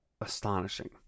astonishing